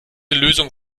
lösung